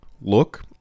look